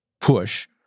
push